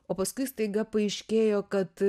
o paskui staiga paaiškėjo kad